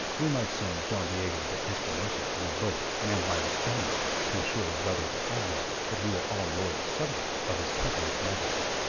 we might send don diego de espinosa in a boat manned by his spaniards to assure his brother the admiral that we are all loyal subjects of his catholic majesty.